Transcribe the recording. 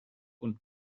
und